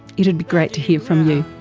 it would be great to hear from you.